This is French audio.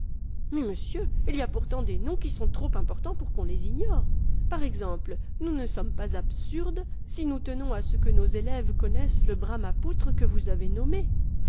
mais monsieur il y a pourtant des noms qui sont trop importants pour qu'on les ignore par exemple nous ne sommes pas absurdes si nous tenons à ce que nos élèves connaissent le bramapoutre que vous avez nommé